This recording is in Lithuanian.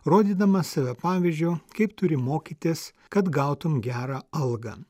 rodydamas save pavyzdžiu kaip turi mokytis kad gautum gerą algą